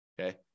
okay